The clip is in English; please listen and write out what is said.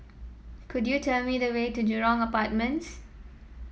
could you tell me the way to Jurong Apartments